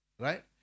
Right